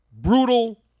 brutal